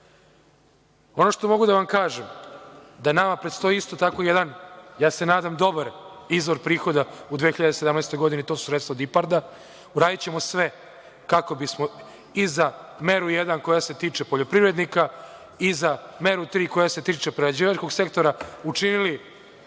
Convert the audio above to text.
što mogu da vam kažem, jeste da nama predstoji isto tako jedan, ja se nadam, dobar izvor prihoda u 2017. godini, a to su resor IPARD-a. Uradićemo sve kako bismo i za meru jedan, koja se tiče poljoprivrednika, i za meru tri, koja se tiče prerađivačkog sektora, učinili